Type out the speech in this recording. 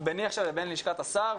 עכשיו ביני לבין לשכת השר,